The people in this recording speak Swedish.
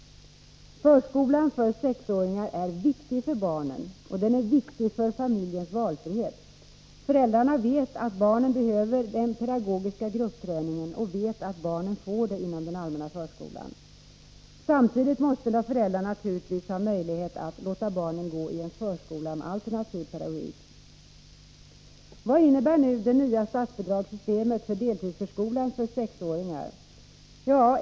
Förskolan för 6-åringar är viktig för barnen och den är viktig för familjens valfrihet. Föräldrarna vet att barnen behöver den pedagogiska gruppträningen och vet att barnen får den inom den allmänna förskolan. Samtidigt måste föräldrarna naturligtvis ha möjlighet att låta barnen gå i en förskola med alternativ pedagogik. Vad innebär nu det nya statsbidragssystemet för deltidsförskolan för 6-åringar?